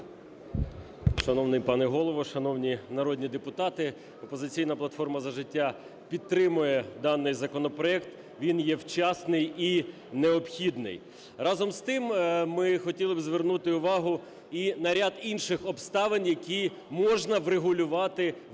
Шановний пане Голово, шановні народні депутати, "Опозиційна платформа – За життя" підтримує даний законопроект, він є вчасний і необхідний. Разом з тим, ми хотіли б звернути увагу і на ряд інших обставин, які можна врегулювати в